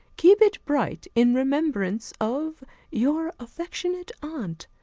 keep it bright in remembrance of your affectionate aunt,